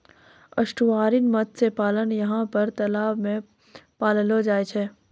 estuarine मत्स्य पालन यहाँ पर तलाव मे पाललो जाय छै